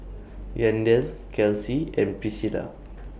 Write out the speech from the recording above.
Yandel Kelsi and Pricilla